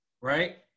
right